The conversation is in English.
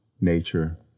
nature